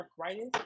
arthritis